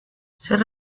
zer